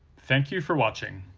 thank you for watching.